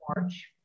March